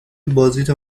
بازیتو